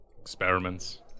Experiments